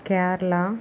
Kerala